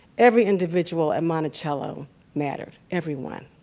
every individual at monticello matter, everyone.